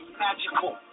magical